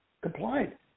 complied